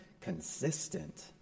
consistent